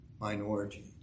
minority